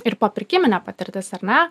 ir popirkimenė patirtas ar ne